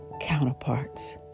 counterparts